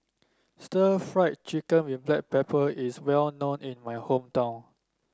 Stir Fried Chicken with Black Pepper is well known in my hometown